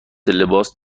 لباس